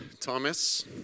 Thomas